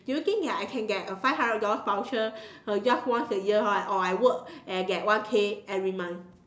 do you think I can get a five hundred voucher uh just once a year right or I work for and I get K every month